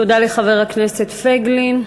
תודה לחבר הכנסת פייגלין.